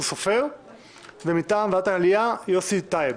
סופר ומטעם ועדת העלייה יוסי טייב.